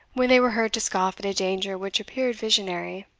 when they were heard to scoff at a danger which appeared visionary.